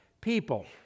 people